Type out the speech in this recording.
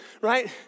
right